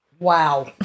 Wow